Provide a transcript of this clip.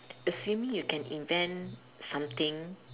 assuming you can invent something